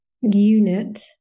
unit